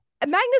Magnus